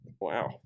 Wow